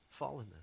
Fallenness